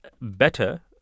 better